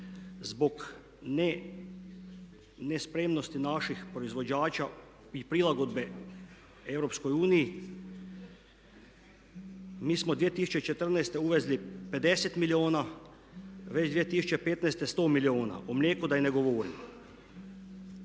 Zbog nespremnosti naših proizvođača i prilagodbe EU mi smo 2014. uvezli 50 milijuna, već 2015. 100 milijuna. O mlijeku da i ne govorim.